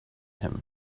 him